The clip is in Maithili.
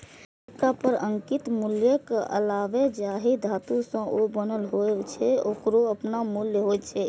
सिक्का पर अंकित मूल्यक अलावे जाहि धातु सं ओ बनल होइ छै, ओकरो अपन मूल्य होइ छै